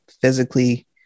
physically